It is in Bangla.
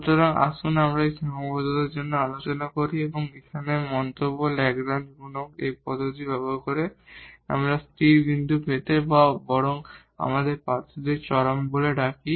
সুতরাং আসুন আমরা এই সীমাবদ্ধতার জন্য আলোচনা করি এবং এখানে মন্তব্য ল্যাগরেঞ্জ মাল্টিপ্লায়ারLagrange's multiplier পদ্ধতি ব্যবহার করে আমাদের স্থির বিন্দু পেতে হবে বা বরং আমরা ক্যান্ডিডেডদেরকে এক্সট্রিমা বলে ডাকি